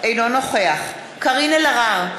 אינו נוכח קארין אלהרר,